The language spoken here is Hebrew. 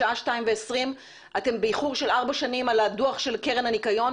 השעה 14:20. אתם באיחור של ארבע שנים על הדוח של קרן הניקיון,